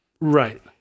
Right